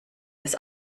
des